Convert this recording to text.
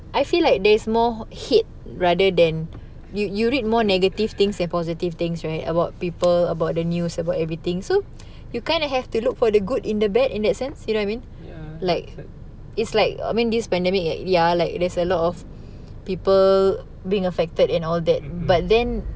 ya mm mm